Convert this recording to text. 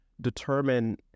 determine